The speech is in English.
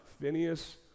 Phineas